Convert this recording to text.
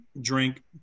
drink